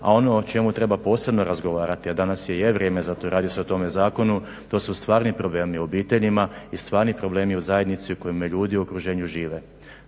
A ono o čemu treba posebno razgovarati, a danas i je vrijeme za to i radi se o tome zakonu to su stvarni problemi u obiteljima i stvarni problemi u zajednici u kojima ljudi u okruženju žive.